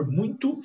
muito